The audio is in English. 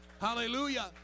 Hallelujah